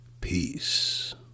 Peace